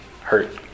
hurt